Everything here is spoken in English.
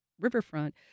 riverfront